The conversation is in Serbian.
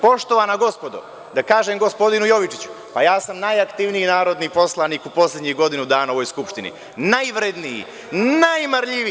Poštovana gospodo, da kažem gospodinu Jovičiću, pa ja sam najaktivniji narodni poslanik u poslednjih godinu dana u ovoj Skupštini, najvredniji i najmarljiviji.